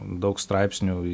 daug straipsnių į